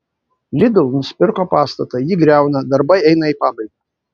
lidl nusipirko pastatą jį griauna darbai eina į pabaigą